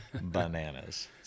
bananas